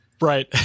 Right